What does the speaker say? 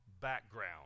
background